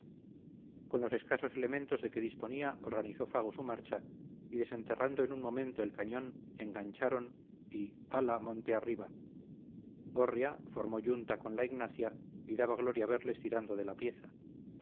los escasos elementos de que disponía organizó fago su marcha y desenterrado en un momento el cañón engancharon y hala monte arriba gorria formó yunta con la ignacia y daba gloria verles tirando de la pieza